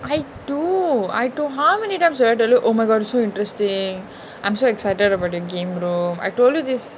I do I told you how many times I tell you oh my god so interesting I'm so excited about the game bro I told you this